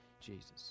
Jesus